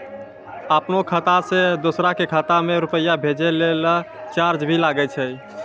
आपनों खाता सें दोसरो के खाता मे रुपैया भेजै लेल चार्ज भी लागै छै?